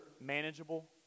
manageable